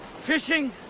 fishing